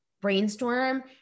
brainstorm